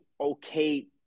okay